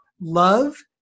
love